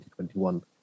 2021